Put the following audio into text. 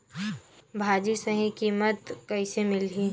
भाजी सही कीमत कइसे मिलही?